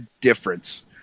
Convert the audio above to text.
difference